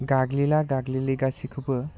गाग्लिला गाग्लिलि गासैखौबो